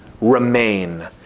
Remain